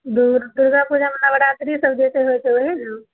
दुर दुर्गापूजामे नवरात्री सभ जे होइ छै ओहए ने